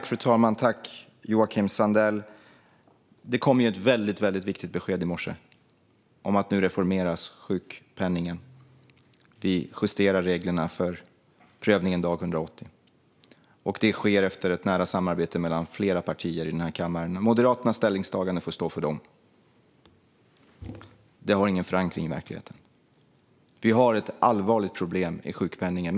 Fru talman! Det kom ju ett väldigt viktigt besked i morse om att sjukpenningen nu reformeras. Vi justerar reglerna för prövningen dag 180. Det sker efter ett nära samarbete mellan flera partier i denna kammare. Moderaternas ställningstagande får stå för dem. Det har ingen förankring i verkligheten. Vi har ett allvarligt problem i sjukpenningen.